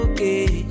Okay